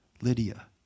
Lydia